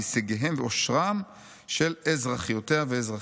הישגיהם ואושרם של אזרחיותיה ואזרחיה.